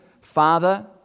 father